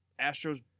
Astros